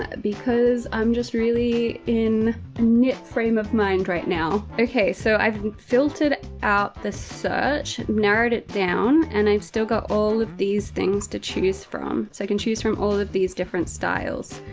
because i'm just really in a knit frame of mind right now. okay. so i've filtered out the search, narrowed it down and i've still got all of these things to choose from. so i can choose from all of these different styles.